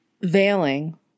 Veiling